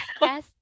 Yes